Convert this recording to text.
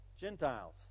Gentiles